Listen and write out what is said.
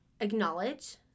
acknowledge